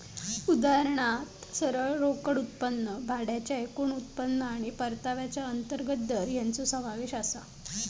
उदाहरणात सरळ रोकड उत्पन्न, भाड्याचा एकूण उत्पन्न आणि परताव्याचो अंतर्गत दर हेंचो समावेश आसा